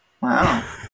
Wow